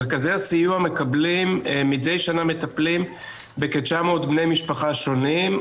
מרכזי הסיוע מטפלים מדי שנה בכ-900 בני משפחה שונים,